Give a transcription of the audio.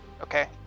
Okay